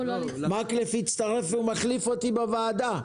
מקלב הצטרף והוא מחליף אותי בוועדה.